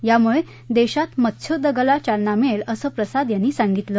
यामुळे देशात मत्स्योद्योगाला चालना मिळेल असं प्रसाद यांनी सांगितलं